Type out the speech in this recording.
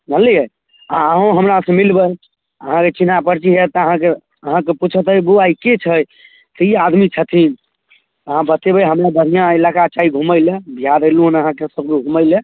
जनलिए आओर अहूँ हमरासँ मिलबै अहाँके चिन्हापरची होएत तऽ अहाँके पूछत बौआ ई के छथि के आदमी छथिन अहाँ बतेबै हमरा बढ़िआँ इलाका छै घुमैलए बिहार अएलहुँ हँ सब अहाँके सभलोक घुमैलए